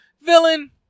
villain